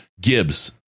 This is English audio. Gibbs